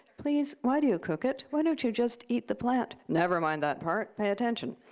please, why do you cook it? why don't you just eat the plant? never mind that part. pay attention.